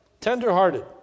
Tenderhearted